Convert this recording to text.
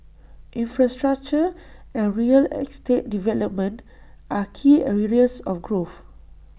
infrastructure and real estate development are key areas of growth